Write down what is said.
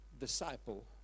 disciple